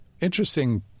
interesting